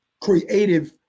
creative